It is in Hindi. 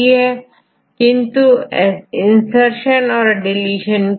इन्हें हम गैप के रूप में देखते हैं किंतु यह बहुत कम पाए जाते हैं